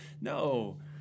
No